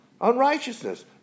unrighteousness